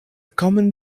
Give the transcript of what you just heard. common